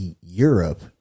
Europe